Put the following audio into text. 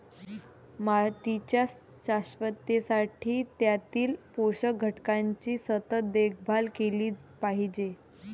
मातीच्या शाश्वततेसाठी त्यातील पोषक घटकांची सतत देखभाल केली पाहिजे